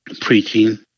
preaching